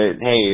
hey